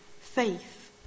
faith